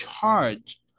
charge